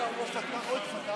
חברי הכנסת שעלו למעלה כבר הגיעו?